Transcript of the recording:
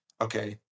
okay